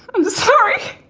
i'm sorry!